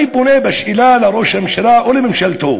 אני פונה בשאלה לראש הממשלה או לממשלתו: